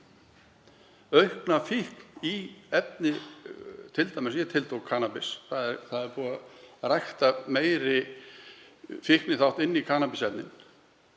aukna fíkn í efni — ég tiltók kannabis, það er búið að rækta meiri fíkniþátt inn í kannabisefnin